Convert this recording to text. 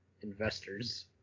investors